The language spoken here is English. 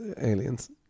aliens